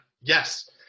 Yes